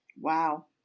Wow